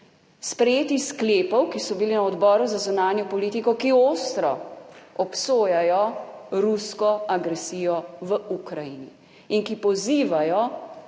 sprejeti sklepov, ki so bili na Odboru za zunanjo politiko, ki ostro obsojajo rusko agresijo v Ukrajini in ki pozivajo